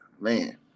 Man